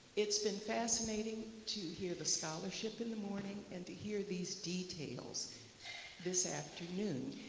it's been fascinating to hear the scholarship in the morning and to hear these details this afternoon.